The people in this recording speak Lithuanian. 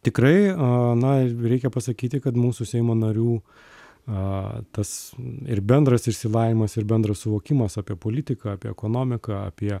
tikrai a na reikia pasakyti kad mūsų seimo narių a tas ir bendras išsilavinimas ir bendras suvokimas apie politiką apie ekonomiką apie